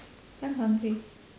I'm hungry